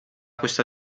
questa